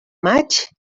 maig